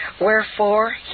wherefore